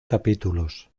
capítulos